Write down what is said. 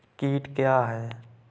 कीट क्या है?